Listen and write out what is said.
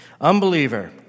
Unbeliever